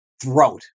throat